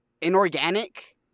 Inorganic